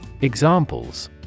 Examples